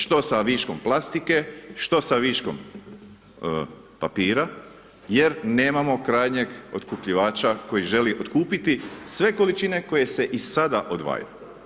Što sa viškom plastike, što sa viškom papira jer nemamo krajnjeg otkupljivača koji želi otkupiti sve količine koje i sad odvajaju.